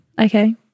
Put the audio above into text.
Okay